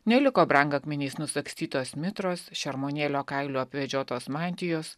neliko brangakmeniais nusagstytos mitros šermuonėlio kailiu apvedžiotos mantijos